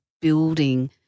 building